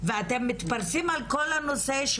ואתם מתפרסים על כל הנושא,